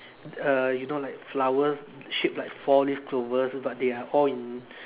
uh you know like flowers shaped like four leaf clovers but they are all in